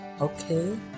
okay